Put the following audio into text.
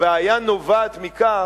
הבעיה נובעת מכך,